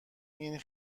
این